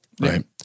right